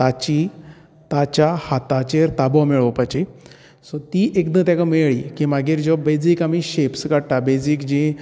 ताची ताच्या हाताचेर ताबो मेळोवपाची सो ती एकदां तेका मेळ्ळी की मागीर ज्यो बेसीक आमी शेप्स काडटात बेसीक जी